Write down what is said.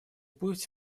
путь